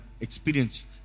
experience